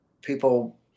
people